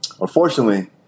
Unfortunately